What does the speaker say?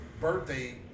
birthday